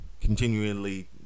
continually